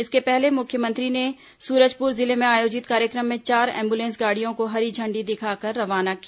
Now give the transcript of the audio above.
इसके पहले मुख्यमंत्री ने सूरजपुर जिले में आयोजित कार्यक्रम में चार एंबुलेंस गाड़ियों को हरी झण्डी दिखाकर रवाना किया